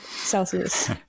Celsius